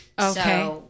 Okay